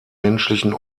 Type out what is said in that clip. menschlichen